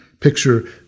Picture